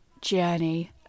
journey